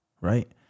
Right